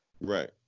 Right